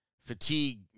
fatigue